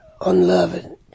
unloving